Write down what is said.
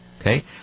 Okay